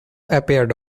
appeared